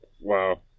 Wow